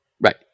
Right